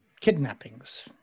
kidnappings